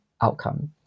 outcome